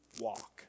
walk